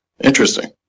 Interesting